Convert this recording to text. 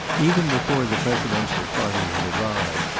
even before the presidential party had arrived,